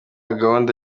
gahunda